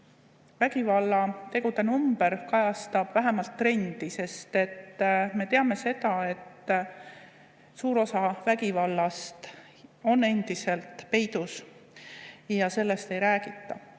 vägivallategude number kajastab vähemalt trendi, sest me teame seda, et suur osa vägivallast on endiselt peidus ja sellest ei räägita.